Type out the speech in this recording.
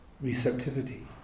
receptivity